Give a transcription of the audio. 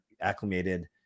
acclimated